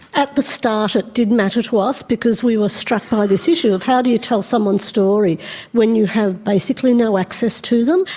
at the start it did matter to us because we were struck by this issue of how do you tell someone's story when you have basically no access to them?